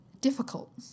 difficult